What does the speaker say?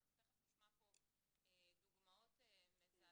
אנחנו תיכף נשמע פה דוגמאות מזעזעות,